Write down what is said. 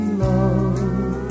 love